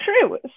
true